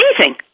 Amazing